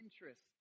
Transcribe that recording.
interest